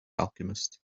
alchemist